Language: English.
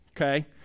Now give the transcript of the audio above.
Okay